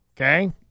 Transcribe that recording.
okay